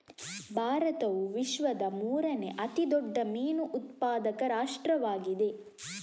ಭಾರತವು ವಿಶ್ವದ ಮೂರನೇ ಅತಿ ದೊಡ್ಡ ಮೀನು ಉತ್ಪಾದಕ ರಾಷ್ಟ್ರವಾಗಿದೆ